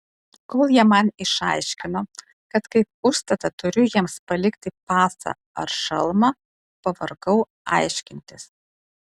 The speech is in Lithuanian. kol jie man išaiškino kad kaip užstatą turiu jiems palikti pasą ar šalmą pavargau aiškintis